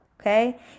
Okay